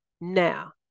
now